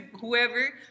whoever